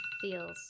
feels